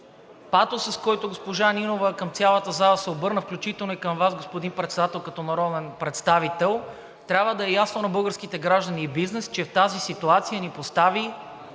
патосът, с който госпожа Нинова се обърна към цялата зала, включително и към Вас, господин Председател, като народен представител, трябва да е ясно на българските граждани и бизнес, че в тази ситуация ни постави